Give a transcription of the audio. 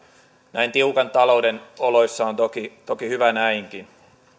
näin tiukan talouden oloissa on toki toki hyvä näinkin